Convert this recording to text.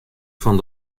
fan